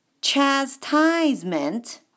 chastisement